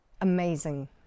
amazing